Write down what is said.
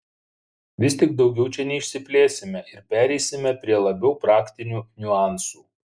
vis tik daugiau čia neišsiplėsime ir pereisime prie labiau praktinių niuansų